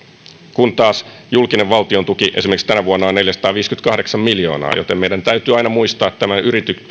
kun taas julkinen valtion tuki esimerkiksi tänä vuonna on neljäsataaviisikymmentäkahdeksan miljoonaa joten meidän täytyy aina muistaa tämä